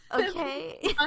Okay